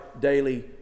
daily